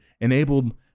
enabled